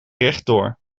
rechtdoor